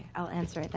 i'll answer it. but